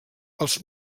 els